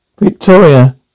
Victoria